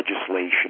legislation